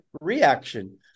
reaction